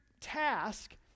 task